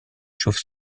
chauves